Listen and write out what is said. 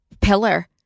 pillar